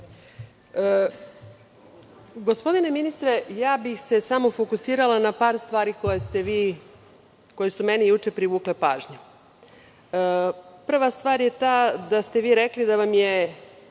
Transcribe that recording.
ministre, ja bih se samo fokusirala na par stvari koje su meni juče privukle pažnju. Prva stvar je ta da ste vi rekli da vam je